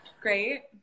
Great